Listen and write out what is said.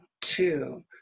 two